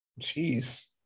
Jeez